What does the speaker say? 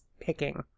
picking